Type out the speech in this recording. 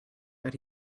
that